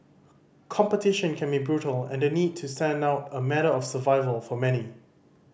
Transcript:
competition can be brutal and the need to stand out a matter of survival for many